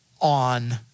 on